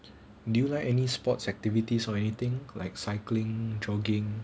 do you like any sports activities or anything like cycling jogging